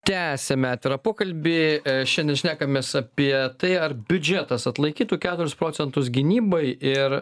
tęsiame atvirą pokalbį šiandien šnekamės apie tai ar biudžetas atlaikytų keturis procentus gynybai ir